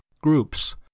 groups